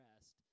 rest